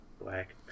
Black